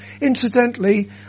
Incidentally